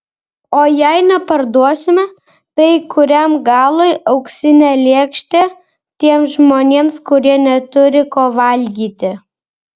o jei neparduosime tai kuriam galui auksinė lėkštė tiems žmonėms kurie neturi ko valgyti